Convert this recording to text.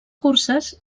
curses